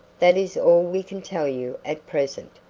that is all we can tell you at present.